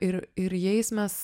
ir ir jais mes